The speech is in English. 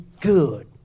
good